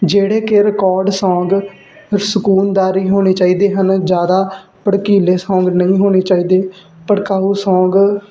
ਜਿਹੜੇ ਕਿ record song ਸਕੂਨਦਾਰੀ ਹੋਣੀ ਚਾਹੀਦੇ ਹਨ ਜਿਆਦਾ ਭੜਕੀਲੇ ਸੌਂਗ ਨਹੀਂ ਹੋਣੇ ਚਾਹੀਦੇ ਭੜਕਾਊ ਸੌਂਗ